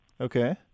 Okay